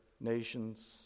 nations